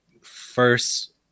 first